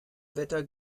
wetter